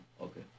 Okay